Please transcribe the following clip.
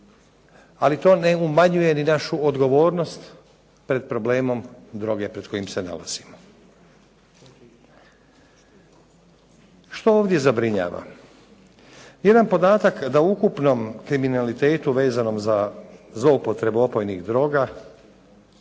ali to ne umanjuje ni našu odgovornost pred problemom droge pred kojim se nalazimo. Što ovdje zabrinjava? Jedan podatak da u ukupnom kriminalitetu vezanom za zloupotrebu opojnih droga,